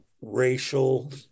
racial